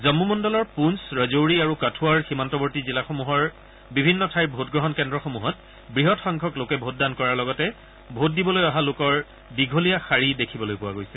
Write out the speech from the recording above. জম্মু মণ্ডলৰ পুঞ্চ ৰাজৌৰি আৰু কাথুৱাৰ সীমান্তৱৰ্তী জিলাসমূহৰ বিভিন্ন ঠাইৰ ভোটগ্ৰহণ কেন্দ্ৰসমূহত বৃহৎ সংখ্যক লোকে ভোটদান কৰাৰ লগতে ভোট দিবলৈ অহা লোকৰ দীঘলীয়া শাৰী দেখিবলৈ পোৱা গৈছে